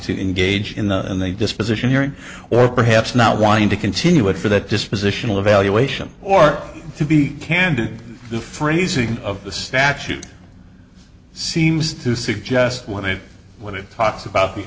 to engage in the in the disposition hearing or perhaps not wanting to continue it for that dispositional evaluation or to be candid the phrasing of the statute seems to suggest when it when it talks about the